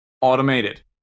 automated